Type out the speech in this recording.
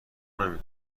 نمی